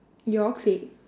your clique